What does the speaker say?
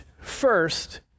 first